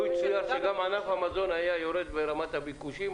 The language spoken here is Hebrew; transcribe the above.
אם ענף המזון היה יורד ברמת הביקושים,